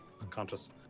unconscious